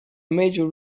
major